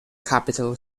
capital